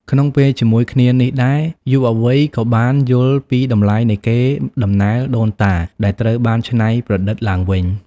ក្នុងពេលជាមួយគ្នានេះដែរ យុវវ័យក៏បានយល់ពីតម្លៃនៃកេរដំណែលដូនតាដែលត្រូវបានច្នៃប្រឌិតឡើងវិញ។